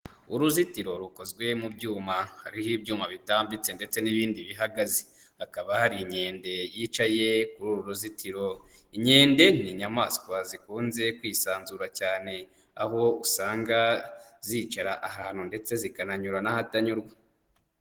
Uruzitiro rukozwe mu byuma hariho ibyuma bitambitse ndetse n'ibindi bihagaze, hakaba hari inkende yicaye kuri uru ruzitiro. Inkende ni inyamaswa zikunze kwisanzura cyane aho usanga zicara ahantu ndetse zikananyura n'ahatanyurwa.